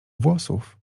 włosów